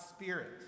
Spirit